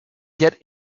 get